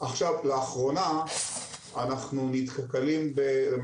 כלי פיקוח ואכיפה, אבל חסר לנו כלי נוסף שיש